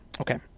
Okay